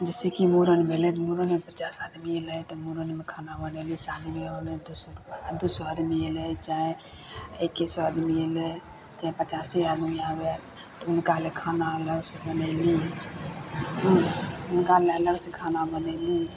जइसेकि मूड़न भेलै तऽ मूड़नमे पचास आदमी अएलै तऽ मूड़नमे खाना बनेलिए शादी बिआहमे चाहे दुइ सओ आदमी अएलै चाहे एके सओ आदमी अएलै चाहे पचासे आदमी आबै तऽ हुनकालए खाना अलग से बनेली हँ हुनकालए अलग से खाना बनेली